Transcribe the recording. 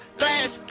glass